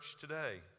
today